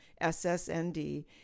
SSND